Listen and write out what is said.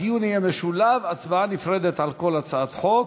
הדיון יהיה משולב, הצבעה נפרדת על כל הצעת חוק.